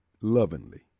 lovingly